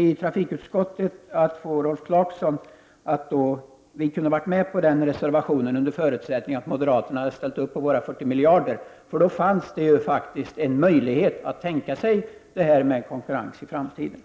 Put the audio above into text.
I trafikutskottet diskuterade jag med Rolf Clarkson att vi kunde gå med på den reservationen under förutsättningar att moderaterna ställer upp på våra 40 miljarder. Då skulle det finnas en möjlighet att tänka sig en konkurrens i framtiden.